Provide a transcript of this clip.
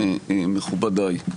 מכובדיי,